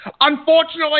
unfortunately